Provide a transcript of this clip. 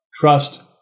trust